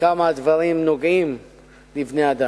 כמה הדברים נוגעים לבני-אדם.